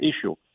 issue